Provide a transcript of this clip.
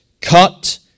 cut